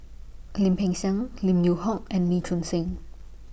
Lim Peng Siang Lim Yew Hock and Lee Choon Seng